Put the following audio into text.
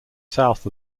south